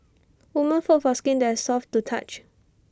woman foe for skin that's soft to the touch